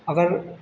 अगर